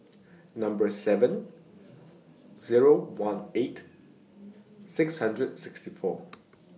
Number seven Zero one eight six hundred sixty four